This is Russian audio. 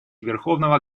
верховного